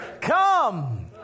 Come